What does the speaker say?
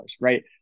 right